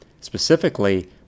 specifically